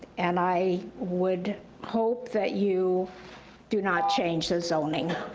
and i would hope that you do not change the zoning.